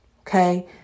Okay